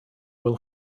will